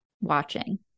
watching